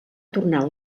tornar